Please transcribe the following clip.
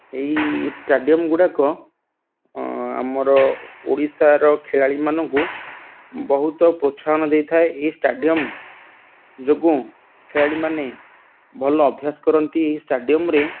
ଏ ଷ୍ଟାଡ଼ିୟମ୍ଗୁଡ଼ାକ ଆମର ଓଡ଼ିଶାର ଖେଳାଳିମାନଙ୍କୁ ବହୁତ ପ୍ରୋତ୍ସାହନ ଦେଇଥାଏ ଏହି ଷ୍ଟାଡ଼ିୟମ୍ ଯୋଗୁଁ ଖେଳାଳିମାନେ ଭଲ ଅଭ୍ୟାସ କରନ୍ତି ଏହି ଷ୍ଟାଡ଼ିୟମ୍ରେ